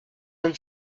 and